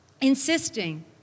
insisting